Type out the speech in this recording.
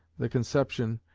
the conception,